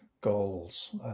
goals